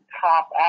top